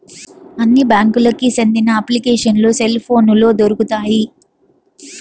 అన్ని బ్యాంకులకి సెందిన అప్లికేషన్లు సెల్ పోనులో దొరుకుతాయి